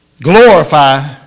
Glorify